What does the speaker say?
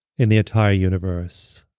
in the entire universe.